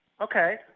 Okay